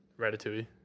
Ratatouille